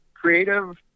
creative